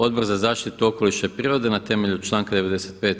Odbor za zaštitu okoliša i prirode na temelju članka 95.